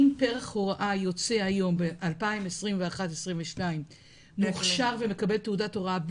אם פרח הוראה יוצא היום ב-2021-22 הוכשר ומקבל תעודת הוראה,